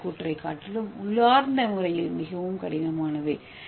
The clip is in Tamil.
ஏ மூலக்கூறைக் காட்டிலும் உள்ளார்ந்த முறையில் மிகவும் கடினமானவை